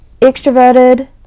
extroverted